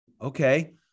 Okay